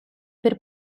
per